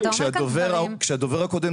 כי אתה אומר כאן דברים --- כשהדובר הקודם